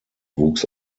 wuchs